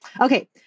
Okay